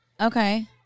Okay